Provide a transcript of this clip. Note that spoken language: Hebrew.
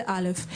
זה א'.